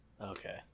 Okay